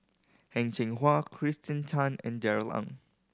Heng Cheng Hwa Kirsten Tan and Darrell Ang